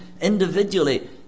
individually